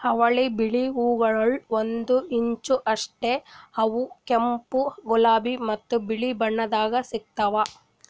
ಅವಳಿ ಬಳ್ಳಿ ಹೂಗೊಳ್ ಒಂದು ಇಂಚ್ ಅಷ್ಟು ಅವಾ ಕೆಂಪು, ಗುಲಾಬಿ ಮತ್ತ ಬಿಳಿ ಬಣ್ಣದಾಗ್ ಸಿಗ್ತಾವ್